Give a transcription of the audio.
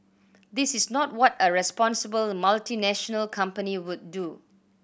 this is not what a responsible multinational company would do